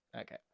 okay